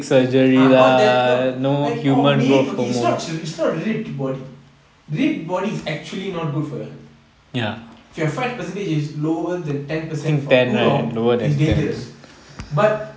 ah not that like oh okay it's not really fit body fit body is actually not good for your health if your fat percentage is lower than ten percent for too long it's dangerous but